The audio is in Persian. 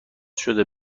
شده